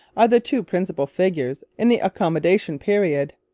are the two principal figures in the accommodation period.